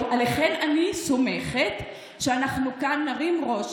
המנהיגות הנשים: בבקשה מכן, להרים קול ולהרים ראש